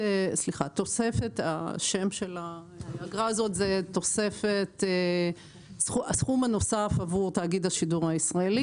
תוספת השם של האגרה הזאת זה: הסכום הנוסף עבור תאגיד השידור הישראלי.